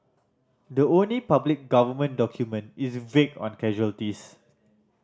the only public Government document is vague on casualties